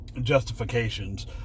justifications